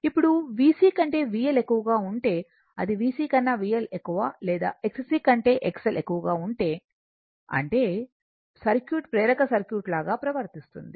ఇప్పుడు VC కంటే VL ఎక్కువగా ఉంటే అది VC కన్నా VL ఎక్కువ లేదా XC కంటే XL ఎక్కువగా ఉంటే అంటే సర్క్యూట్ ప్రేరక సర్క్యూట్ లాగా ప్రవర్తిస్తుంది